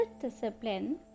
self-discipline